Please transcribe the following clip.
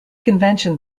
convention